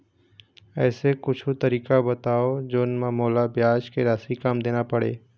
ऐसे कुछू तरीका बताव जोन म मोला ब्याज के राशि कम देना पड़े?